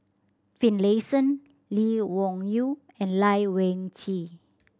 Finlayson Lee Wung Yew and Lai Weijie